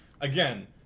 Again